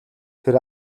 тэр